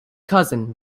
cousin